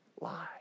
lie